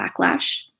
backlash